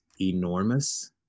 enormous